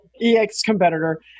ex-competitor